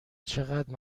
چقدر